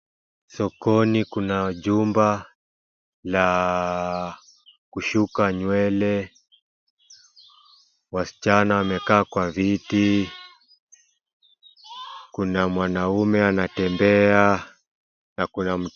Sokoni kuna jumba la kushuka nywele. Wasichana wamekaa viti. Kuna mwanaume anatembea. Na kuna.